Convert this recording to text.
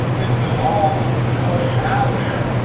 it dissolves the color you had there.